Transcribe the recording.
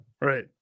Right